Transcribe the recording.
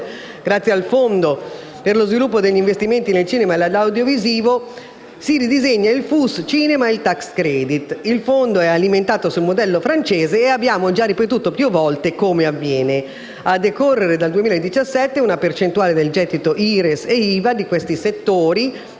grazie al Fondo per lo sviluppo degli investimenti nel cinema e nell'audiovisivo, si ridisegna il FUS cinema e il *tax credit*. Il fondo è alimentato sul modello francese e abbiamo già ricordato più volte come opererà: a decorrere dal 2017 una percentuale del gettito IRES e IVA di questi settori,